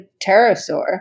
pterosaur